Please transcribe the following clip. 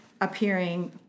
appearing